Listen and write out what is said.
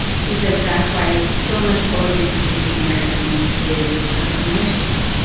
she says that's why so much poetry from asian americans is unconventional.